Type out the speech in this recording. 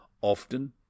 often